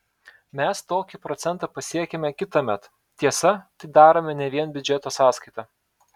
mes tokį procentą pasiekiame kitąmet tiesa tai darome ne vien biudžeto sąskaita